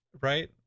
right